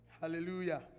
hallelujah